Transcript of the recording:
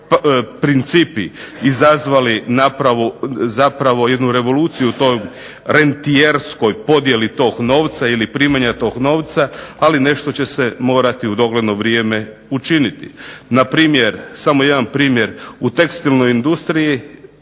principi izazvali jednu revoluciju toj rentijerskoj podjeli tog novca ili primanja toga novca, ali nešto će se morati u dogledno vrijeme učiniti. Samo jedan primjer u tekstilnoj industriji